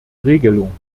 regelung